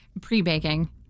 Pre-baking